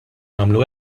nagħmlu